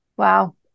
wow